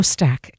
Stack